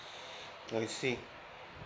I see